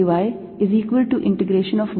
yL2 y2dxdz